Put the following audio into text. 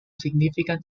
significant